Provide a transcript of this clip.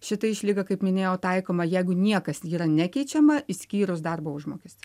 šita išlyga kaip minėjau taikoma jeigu niekas yra nekeičiama išskyrus darbo užmokestį